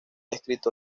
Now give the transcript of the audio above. escrito